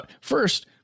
First